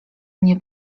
mnie